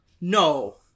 No